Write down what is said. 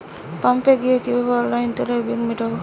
পাম্পে গিয়ে কিভাবে অনলাইনে তেলের বিল মিটাব?